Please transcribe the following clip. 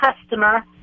customer